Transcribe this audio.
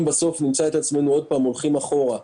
אם בסוף נמצא את עצמנו שוב הולכים אחורה,